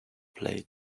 played